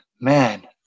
man